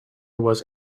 was